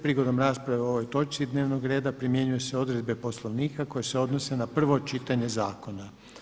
Prigodom rasprave o ovoj točci dnevnog reda primjenjuju se odredbe Poslovnika koje se odnose na prvo čitanje zakona.